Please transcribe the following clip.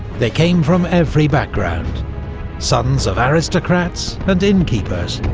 they came from every background sons of aristocrats, and inn-keepers,